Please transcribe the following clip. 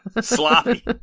sloppy